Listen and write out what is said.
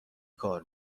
کار